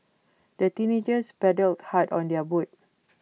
the teenagers paddled hard on their boat